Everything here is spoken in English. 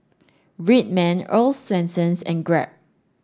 Red Man Earl's Swensens and Grab